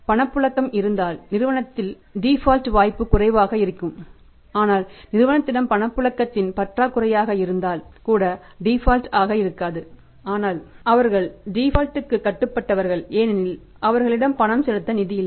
பணப்புழக்க இருந்தால் நிறுவனத்தின் டிபால்ட க்கு கட்டுப்பட்டவர்கள் ஏனெனில் அவர்களிடம் பணம் செலுத்த நிதி இல்லை